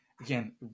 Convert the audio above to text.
again